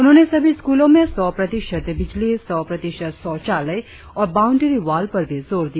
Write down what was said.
उन्होंने सभी स्कूलों में सौ प्रतिशत बिजली सौ प्रतिशत शौचालय और बाउंडरी वाल पर भी जोर दिया